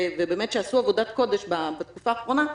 שבאמת עשו עבודת קודש בתקופה האחרונה,